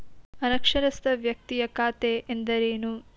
ಅನಕ್ಷರಸ್ಥ ವ್ಯಕ್ತಿಯ ಖಾತೆ ಎಂದರೇನು?